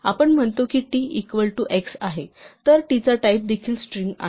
आपण म्हणतो की t इक्वल टू x आहे तर t चा टाईप देखील एक स्ट्रिंग आहे